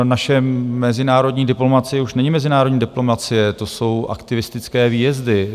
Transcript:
Naše mezinárodní diplomacie už není mezinárodní diplomacie, to jsou aktivistické výjezdy.